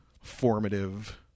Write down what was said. formative